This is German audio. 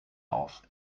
auf